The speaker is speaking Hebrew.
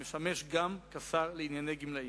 המשמש גם כשר לענייני גמלאים,